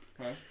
Okay